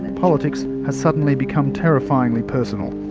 and politics has suddenly become terrifyingly personal.